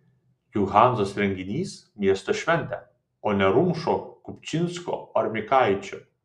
juk hanzos renginys miesto šventė o ne rumšo kupčinsko ar mikaičio